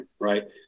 right